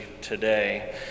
today